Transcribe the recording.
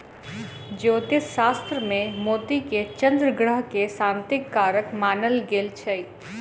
ज्योतिष शास्त्र मे मोती के चन्द्र ग्रह के शांतिक कारक मानल गेल छै